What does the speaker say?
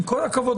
עם כל הכבוד,